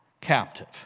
captive